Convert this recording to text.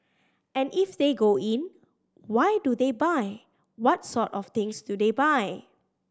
and if they go in why do they buy what sort of things do they buy